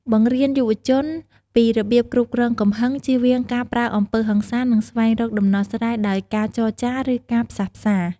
បង្រៀនយុវជនពីរបៀបគ្រប់គ្រងកំហឹង ជៀសវាងការប្រើអំពើហិង្សា និងស្វែងរកដំណោះស្រាយដោយការចរចា ឬការផ្សះផ្សា។